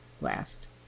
last